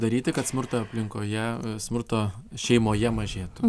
daryti kad smurto aplinkoje smurto šeimoje mažėtų